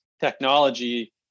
Technology